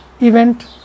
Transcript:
event